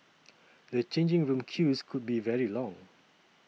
the changing room queues could be very long